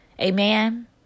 Amen